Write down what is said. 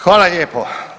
Hvala lijepo.